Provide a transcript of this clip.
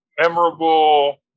memorable